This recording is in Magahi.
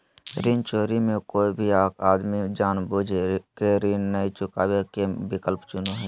ऋण चोरी मे कोय भी आदमी जानबूझ केऋण नय चुकावे के विकल्प चुनो हय